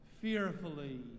fearfully